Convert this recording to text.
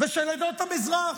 ושל עדות המזרח.